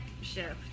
shift